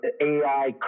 AI